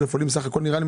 אלף עולים.